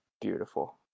beautiful